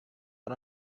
but